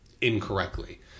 incorrectly